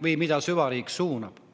kuidas süvariik suunab.